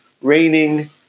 raining